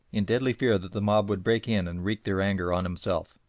in deadly fear that the mob would break in and wreak their anger on himself.